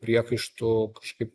priekaištų kažkaip